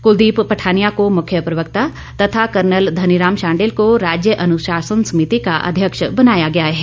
कुलंदीप पठानिया को मुख्य प्रवक्ता तथा कर्नल धनी राम शांडिल को राज्य अनुशासन सभिति का अध्यक्ष बनाया गया है